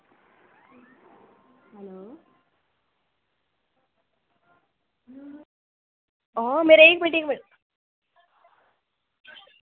ओ में रेही मीटिंग